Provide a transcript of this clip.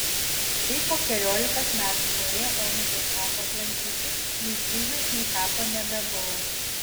kai po keliolikos metų norėjau onutės kapą aplankyti nei kryžiaus nei kapo nebebuvo